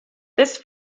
this